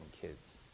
kids